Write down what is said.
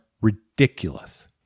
ridiculous